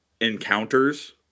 encounters